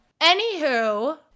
anywho